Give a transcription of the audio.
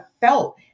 felt